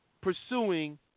pursuing